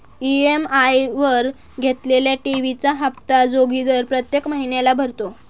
EMI वर घेतलेल्या TV चा हप्ता जोगिंदर प्रत्येक महिन्याला भरतो